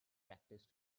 practice